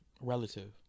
Relative